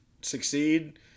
succeed